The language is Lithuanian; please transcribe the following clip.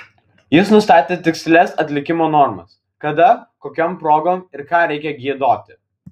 jis nustatė tikslias atlikimo normas kada kokiom progom ir ką reikia giedoti